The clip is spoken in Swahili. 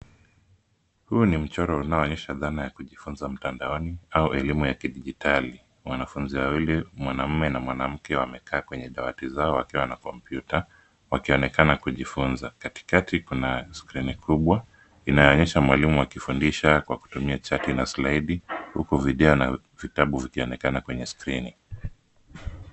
Huu ni mchoro unaonyesha dhana ya kujifunza mtandaoni au elimu ya kidijitali ,wanafunzi wawili mwanaume na mwanamke wamekaa kwenye dawati zao wakiwa na kompyuta wakionekana kujifunza, katikati kuna skrini kubwa inayoonyesha mwalimu akifundisha kwa kutumia chaki la slaidi huku vijana vitabu vikionekana kwenye skrini.